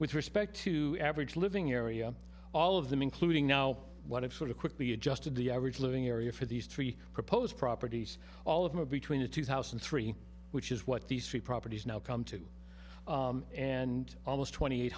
with respect to average living area all of them including now one of sort of quickly adjusted the average living area for these three proposed properties all of them are between the two thousand and three which is what these three properties now come to and almost twenty eight